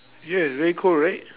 yeah very cold right